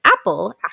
Apple